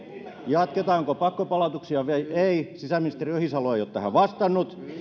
jatketaanko pakkopalautuksia vai ei sisäministeri ohisalo ei ole tähän vastannut